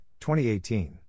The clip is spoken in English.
2018